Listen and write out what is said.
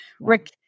Rick